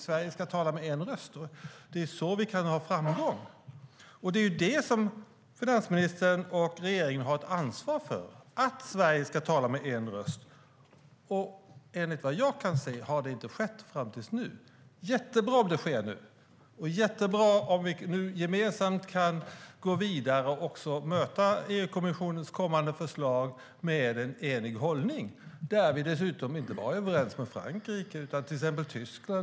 Sverige ska tala med en röst. Det är på det sättet vi kan nå framgång. Regeringen och finansministern har ett ansvar för att Sverige ska tala med en röst. Efter vad jag kan se har detta inte skett förrän nu. Det är jättebra om det sker nu, och det är jättebra om vi nu gemensamt kan gå vidare och möta EU-kommissionens kommande förslag med en enig hållning och dessutom är överens inte bara med Frankrike utan till exempel med Tyskland.